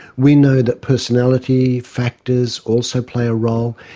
we know that personality factors also play a role.